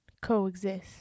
coexist